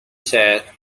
said